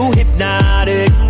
hypnotic